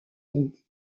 roues